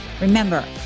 Remember